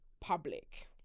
public